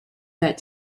that